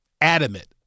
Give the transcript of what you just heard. adamant